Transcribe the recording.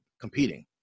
competing